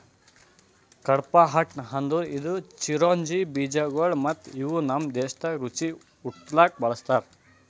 ಕಡ್ಪಾಹ್ನಟ್ ಅಂದುರ್ ಇದು ಚಿರೊಂಜಿ ಬೀಜಗೊಳ್ ಮತ್ತ ಇವು ನಮ್ ದೇಶದಾಗ್ ರುಚಿ ಊಟ್ದಾಗ್ ಬಳ್ಸತಾರ್